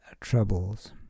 troubles